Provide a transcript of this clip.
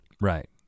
Right